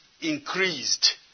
increased